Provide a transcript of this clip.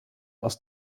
aus